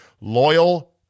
Loyal